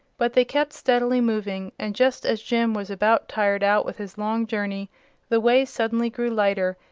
but they kept steadily moving, and just as jim was about tired out with his long journey the way suddenly grew lighter,